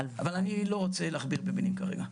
אבל אני לא רוצה להכביר במילים כרגע.